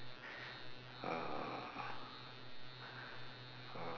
uhh